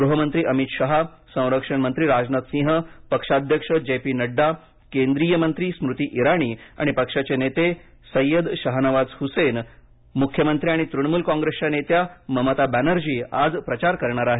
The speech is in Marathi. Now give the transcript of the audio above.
गृहमंत्री अमित शहा संरक्षणमंत्री राजनाथ सिंह पक्षाध्यक्ष जे पी नड्डा केंद्रीय मंत्री स्मृती इराणी आणि पक्षाचे नेते सय्यद शाहनवाज हुसेन मुख्यमंत्री आणि तृणमूल कॉंग्रेसच्या नेत्या ममता बॅनर्जीही आज प्रचार करणार आहेत